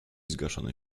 zgaszone